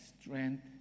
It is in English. strength